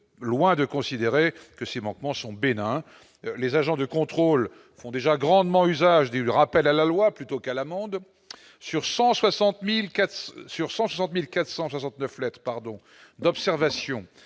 loin de considérer que ces manquements sont bénins, les agents de contrôle. Font déjà grandement usage du rappel à la loi plutôt qu'à l'amende sur 160400 sur 160469 pardon d'observation